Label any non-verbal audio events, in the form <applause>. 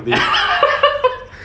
<laughs>